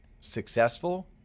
successful